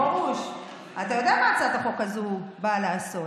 פרוש, אתה יודע מה הצעת החוק הזו באה לעשות.